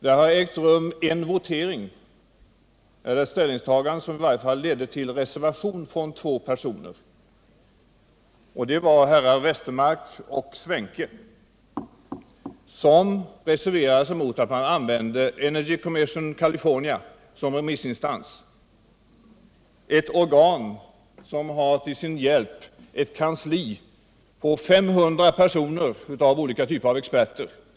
Den har gjort ett ställningstagande som föranledde reservation från två personer, nämligen herrar Westermark och Svenke. De reserverade sig mot att man använde Energy Commission of California som remissinstans, ett organ som till sin hjälp har ett kansli på 500 experter av olika slag.